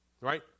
Right